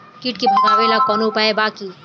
कीट के भगावेला कवनो उपाय बा की?